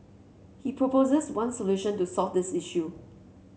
he proposes one solution to solve this issue